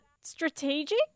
strategic